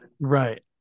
Right